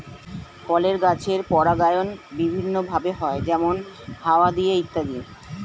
ফলের গাছের পরাগায়ন বিভিন্ন ভাবে হয়, যেমন হাওয়া দিয়ে ইত্যাদি